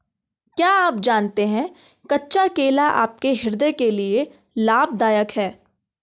क्या आप जानते है कच्चा केला आपके हृदय के लिए लाभदायक है?